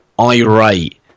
Irate